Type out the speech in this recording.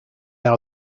are